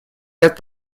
ряд